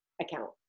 account